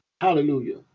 Hallelujah